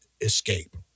escape